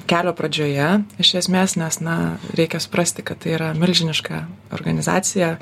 kelio pradžioje iš esmės nes na reikia suprasti kad tai yra milžiniška organizacija